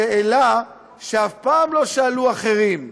שאלה שאף פעם לא שאלו אחרים,